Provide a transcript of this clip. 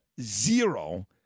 zero